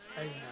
Amen